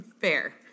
fair